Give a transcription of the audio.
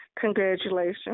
congratulations